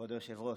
כבוד היושב-ראש,